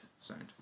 sound